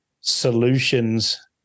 solutions